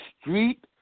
street